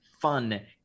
fun